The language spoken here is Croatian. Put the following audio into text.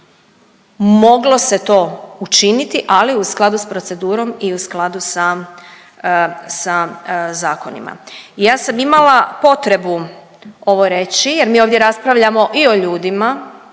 moglo se to učiniti ali u skladu s procedurom i u skladu sa, sa zakonima. Ja sam imala potrebu ovo reći jer mi ovdje raspravljamo i o ljudima